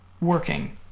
working